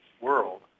world